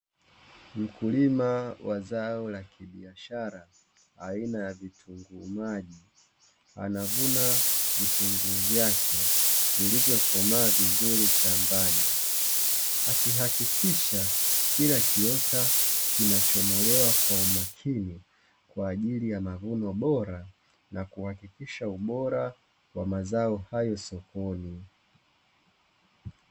Mkulima wa zao la biashara aina ya vitunguu maji, anavuna vitunguu vyake vilivyokomaa vizuri shambani, akihakikisha kila kiota kinachomolewa kwa umakini kwa ajili ya mavuno bora na kuhakikisha ubora wa mazao hayo sokoni.